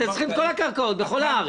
אתם צריכים את כל הקרקעות בכל הארץ.